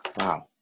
wow